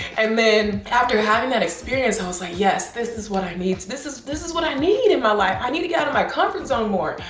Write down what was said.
and then after having that experience, i was like yes, this is what i need. this is this is what i need in my life. i need to get out of my comfort zone more.